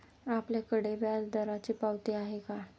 आपल्याकडे व्याजदराची पावती आहे का?